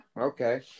okay